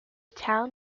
town